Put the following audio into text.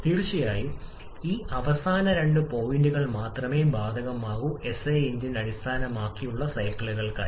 തീർച്ചയായും ഈ അവസാന രണ്ട് പോയിന്റുകൾ മാത്രമേ ബാധകമാകൂ എസ്ഐ എഞ്ചിൻ അടിസ്ഥാനമാക്കിയുള്ള സൈക്കിളുകൾക്കായി